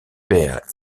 père